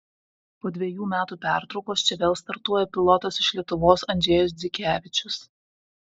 po dvejų metų pertraukos čia vėl startuoja pilotas iš lietuvos andžejus dzikevičius